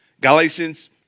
Galatians